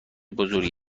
بزرگی